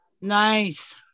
Nice